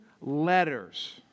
letters